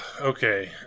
Okay